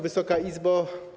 Wysoka Izbo!